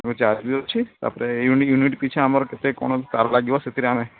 ମୋ ଚାର୍ଜ୍ ବି ଅଛି ତା'ପରେ ୟୁନିଟ୍ ପିଛା ଆମର କେତେ କ'ଣ ତାର ଲାଗିବ ସେଥିରେ ଆମେ